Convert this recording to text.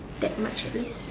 that much at least